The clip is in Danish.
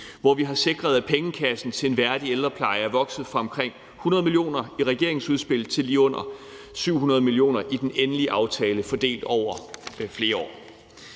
hvor vi har sikret, at pengekassen til en værdig ældrepleje er vokset fra omkring 100 mio. kr. i regeringens udspil til lige under 700 mio. kr. i den endelige aftale fordelt over flere år.